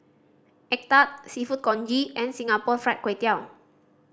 egg tart Seafood Congee and Singapore Fried Kway Tiao